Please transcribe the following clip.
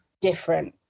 different